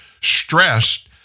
stressed